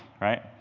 right